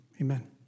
amen